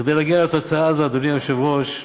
להגיע לתוצאה הזאת, אדוני היושב-ראש,